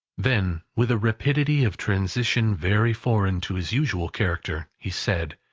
then, with a rapidity of transition very foreign to his usual character, he said,